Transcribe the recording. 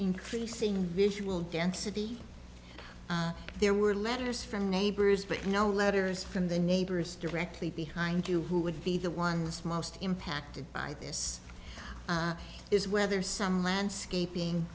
increasing visual density there were letters from neighbors but no letters from the neighbors directly behind you who would be the ones most impacted by this is whether some landscaping